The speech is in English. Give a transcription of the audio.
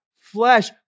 flesh